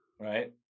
right